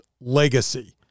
legacy